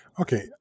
Okay